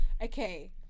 Okay